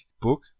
book